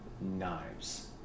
knives